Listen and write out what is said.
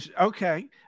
Okay